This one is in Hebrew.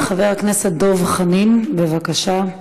חבר הכנסת דב חנין, בבקשה.